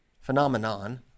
phenomenon